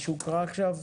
מה שהוקרא עכשיו?